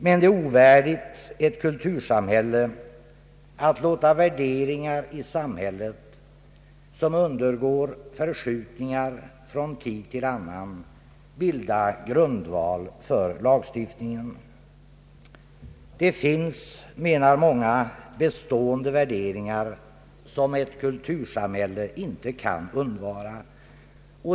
Men det är ovärdigt ett kultursamhälle att låta värderingar i samhället, som från tid till annan undergår förskjutningar bilda grundvalen för lagstiftningen. Det finns, menar många, bestående värderingar som ett kultursamhälle inte kan undvara.